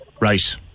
Right